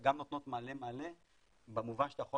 וגם נותנות מענה מלא במובן שאתה יכול